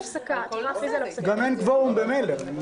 ממילא אין קוורום.